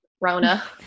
Rona